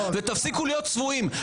ותפסיקו להיות צבועים.